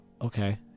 Okay